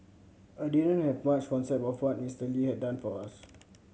I didn't have much concept of what Mister Lee had done for us